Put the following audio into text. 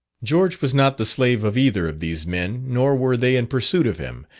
george was not the slave of either of these men, nor were they in pursuit of him,